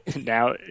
now